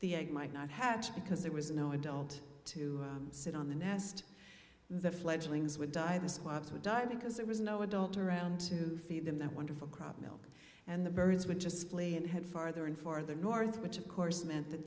the egg might not have because there was no adult to sit on the nest the fledglings would die the squad's would die because there was no adult around to feed them that wonderful crop milk and the birds would just play and head farther and farther north which of course meant that